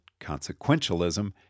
consequentialism